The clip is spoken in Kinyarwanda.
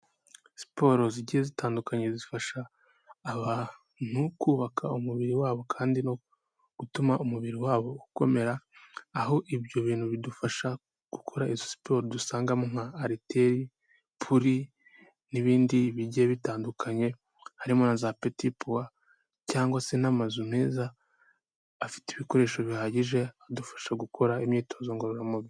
Siporo zigiye zitandukanye zifasha abantu kubaka umubiri wabo kandi no gutuma umubiri wabo ukomera aho ibyo bintu bidufasha gukora izo siporo dusangamo nka ariteri, puri n'ibindi bigiye bitandukanye harimo na za peti puwa cyangwa se n'amazu meza afite ibikoresho bihagije adufasha gukora imyitozo ngororamubiri.